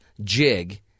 jig